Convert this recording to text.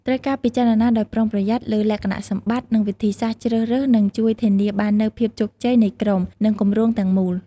ត្រូវការពិចារណាដោយប្រុងប្រយ័ត្នលើលក្ខណៈសម្បត្តិ និងវិធីសាស្រ្តជ្រើសរើសនឹងជួយធានាបាននូវភាពជោគជ័យនៃក្រុម និងគម្រោងទាំងមូល។